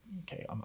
okay